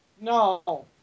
No